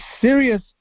serious